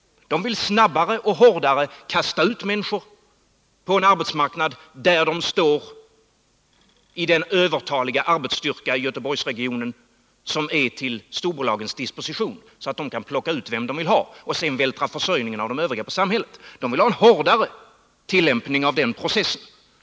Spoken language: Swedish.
De vill snabbare och hårdare kasta ut människor på en arbetsmarknad, där de kommer att ingå i den övertaliga arbetsstyrka i Göteborgsregionen som står till storbolagens disposition, så att dessa kan plocka ut dem de vill ha och sedan vältra över försörjningen av de övriga på samhället. De vill ha en hårdare tillämpning av den processen.